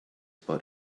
but